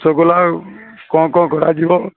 ରସଗୋଲା କ'ଣ କ'ଣ କରାଯିବ